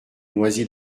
noisy